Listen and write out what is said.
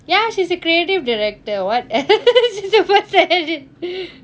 ya she's a creative director what else